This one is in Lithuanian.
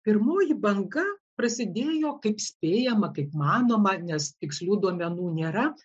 pirmoji banga prasidėjo kaip spėjama kaip manoma nes tikslių duomenų nėra